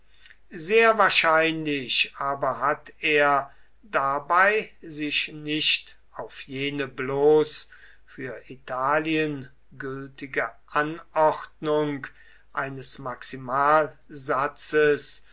sehr wahrscheinlich aber hat er dabei sich nicht auf jene bloß für italien gültige anordnung eines